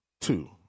Two